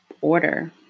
order